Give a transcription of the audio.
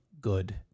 good